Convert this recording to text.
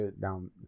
down